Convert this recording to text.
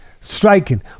Striking